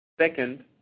Second